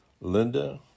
Linda